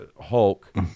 Hulk